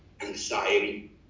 anxiety